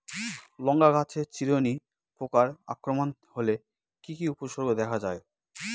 লঙ্কা গাছের চিরুনি পোকার আক্রমণ হলে কি কি উপসর্গ দেখা যায়?